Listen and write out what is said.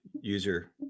user